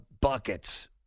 buckets